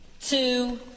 two